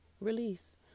release